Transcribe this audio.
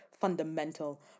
fundamental